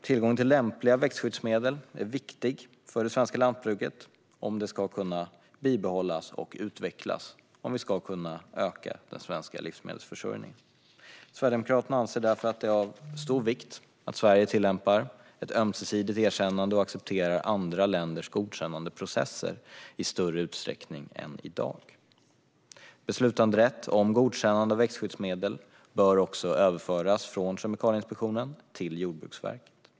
Tillgången till lämpliga växtskyddsmedel är viktig för det svenska lantbruket om det ska kunna bibehållas och utvecklas och om vi ska kunna öka den svenska livsmedelsförsörjningen. Sverigedemokraterna anser därför att det är av stor vikt att Sverige tillämpar ett ömsesidigt erkännande och accepterar andra länders godkännandeprocesser i större utsträckning än i dag. Beslutanderätt om godkännande av växtskyddsmedel bör också överföras från Kemikalieinspektionen till Jordbruksverket.